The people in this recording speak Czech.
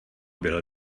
bylo